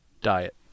Diet